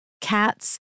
cats